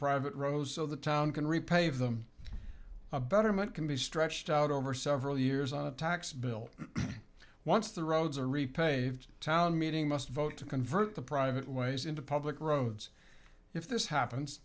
private roads so the town can repave them a better month can be stretched out over several years on a tax bill once the roads are repaved town meeting must vote to convert the private ways into public roads if this happens